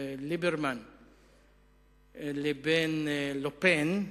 ליברמן לבין לה-פן,